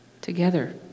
together